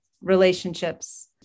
relationships